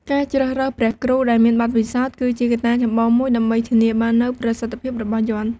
ការជ្រើសរើសព្រះគ្រូដែលមានបទពិសោធន៍ គឺជាកត្តាចម្បងមួយដើម្បីធានាបាននូវប្រសិទ្ធភាពរបស់យ័ន្ត។